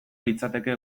litzateke